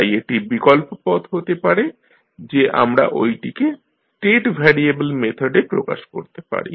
তাই এটি বিকল্প পথ হতে পারে যে আমরা ঐটিকে স্টেট ভ্যারিয়েবেল মেথডে প্রকাশ করতে পারি